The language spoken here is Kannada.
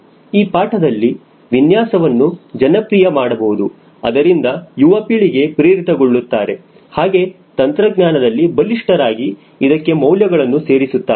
ಈ ಪಾಠದಿಂದ ವಿನ್ಯಾಸವನ್ನು ಜನಪ್ರಿಯ ಮಾಡಬಹುದು ಅದರಿಂದ ಯುವಪೀಳಿಗೆ ಪ್ರೇರಿತ ಗೊಳ್ಳುತ್ತಾರೆ ಹಾಗೆ ತಂತ್ರಜ್ಞಾನದಲ್ಲಿ ಬಲಿಷ್ಠರಾಗಿ ಇದಕ್ಕೆ ಮೌಲ್ಯಗಳನ್ನು ಸೇರಿಸುತ್ತಾರೆ